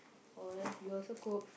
oh you also cook